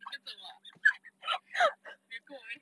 你跟着我啊 你跟着我 meh